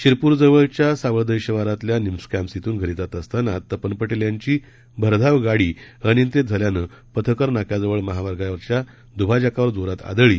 शिरपूरजवळ सावळदे शिवारातल्या निम्स कॅम्पस श्रिून घरी जात असतांना तपन पटेल यांची भरधाव गाडी अनियंत्रित झाल्यानं पथकर नाक्याजवळ महामार्गावरच्या द्भाजकावर जोरात आदळली